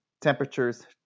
temperatures